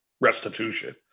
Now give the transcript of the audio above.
restitution